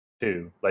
two